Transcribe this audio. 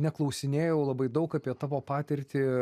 neklausinėjau labai daug apie tavo patirtį